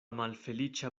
malfeliĉa